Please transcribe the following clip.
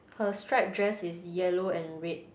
her stripe dress is yellow and red